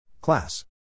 Class